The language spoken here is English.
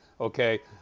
Okay